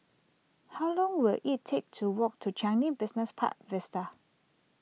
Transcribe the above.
how long will it take to walk to Changi Business Park Vista